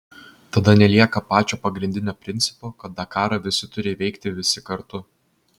tada nelieka pačio pagrindinio principo kad dakarą visi turi įveikti visi kartu